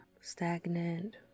stagnant